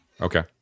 Okay